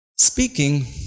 Speaking